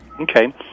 Okay